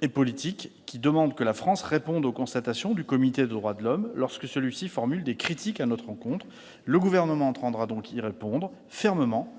et politiques prévoit que la France réponde aux constatations du Comité des droits de l'homme lorsque celui-ci formule des critiques à son encontre. Le Gouvernement entendra donc y répondre, fermement,